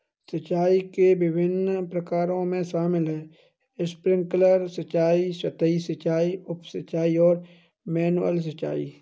सिंचाई के विभिन्न प्रकारों में शामिल है स्प्रिंकलर सिंचाई, सतही सिंचाई, उप सिंचाई और मैनुअल सिंचाई